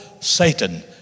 Satan